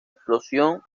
explosión